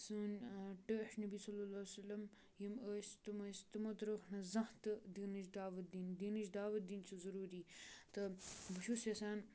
سٲنۍ ٹٲٹھۍ نبی صلی اللہُ علیہِ وَسَلم یِم ٲسۍ تٕم ٲسۍ تِمو ترٛووُکھ نہٕ زانٛہہ تہِ دیٖنٕچ دعوت دِنۍ دیٖنٕچ دعوت دِنۍ چھِ ضروٗری تہٕ بہٕ چھُس یَژھان